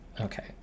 okay